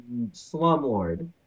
Slumlord